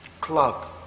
club